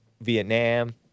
Vietnam